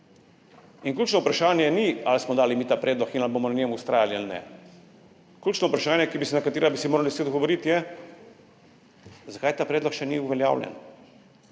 Ključno vprašanje ni, ali smo dali mi ta predlog in ali bomo na njem vztrajali ali ne, ključno vprašanje, na katero bi si morali vsi odgovoriti, je, zakaj ta predlog še ni uveljavljen,